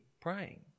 praying